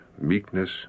meekness